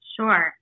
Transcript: Sure